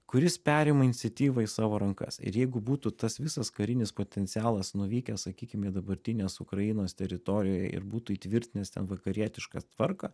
kuris perima iniciatyvą į savo rankas ir jeigu būtų tas visas karinis potencialas nuvykęs sakykim į dabartinės ukrainos teritorijoje ir būtų įtvirtinęs ten vakarietišką tvarką